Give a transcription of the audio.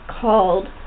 called